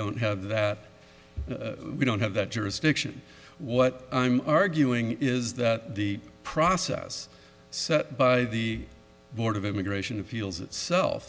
don't have that we don't have that jurisdiction what i'm arguing is that the process set by the board of immigration appeals itself